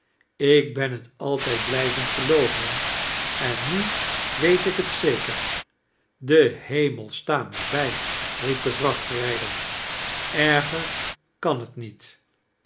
ik hen t altijd blijven gelooven en nu weet ik t zeker de hemel sta mij bij riep de vrachtrijder eiger kan t niet